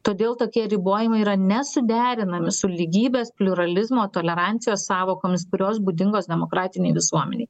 todėl tokie ribojimai yra nesuderinami su lygybės pliuralizmo tolerancijos sąvokoms kurios būdingos demokratinei visuomenei